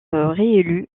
réélu